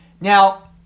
Now